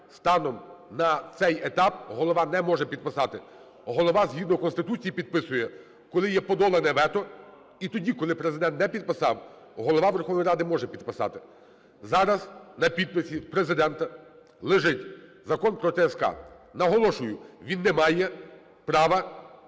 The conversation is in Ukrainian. станом на цей етап Голова не може підписати, Голова згідно Конституції підписує, коли є подолане вето, і тоді, коли Президент не підписав, Голова Верховної Ради може підписати. Зараз на підписі у Президента лежить Закон про ТСК. Наголошую, він не має права